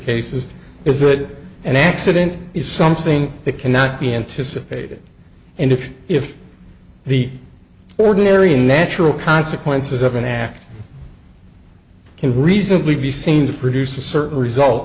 cases is that an accident is something that cannot be anticipated and if if the ordinary natural consequences of an act can reasonably be seen to produce a certain result